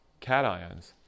cations